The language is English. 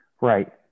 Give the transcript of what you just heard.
right